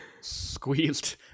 squeezed